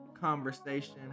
conversation